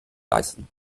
leisten